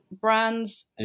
Brands